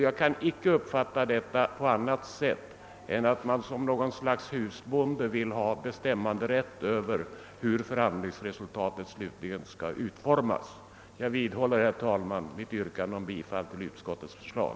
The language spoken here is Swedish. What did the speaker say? Jag kan inte uppfatta detta på annat sätt än som att man som någon slags husbonde vill ha bestämmanderätt över hur förhandlingsresultatet slutligen skall utformas. Jag vidhåller, herr talman, mitt yrkande om bifall till utskottets hemställan.